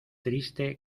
triste